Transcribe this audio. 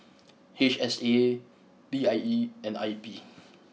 H S A P I E and I P